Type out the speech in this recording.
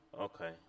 Okay